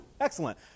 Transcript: Excellent